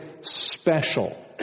special